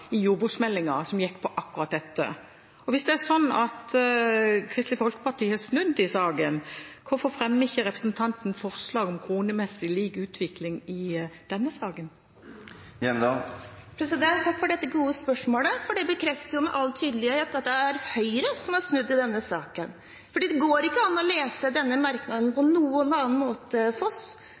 i forbindelse med jordbruksmeldingen, som gikk på akkurat dette? Og hvis det er slik at Kristelig Folkeparti har snudd i saken, hvorfor fremmer ikke representanten forslag om kronemessig lik utvikling? Takk for dette gode spørsmålet, for det bekrefter med all tydelighet at det er Høyre som har snudd i denne saken. Det går ikke an å lese denne merknaden på noen annen måte – dette til representanten Foss.